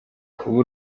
ubu